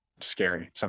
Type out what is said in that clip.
scary